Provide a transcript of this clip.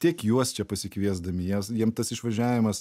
tiek juos čia pasikviesdami jiems jiem tas išvažiavimas